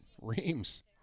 Reams